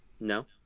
no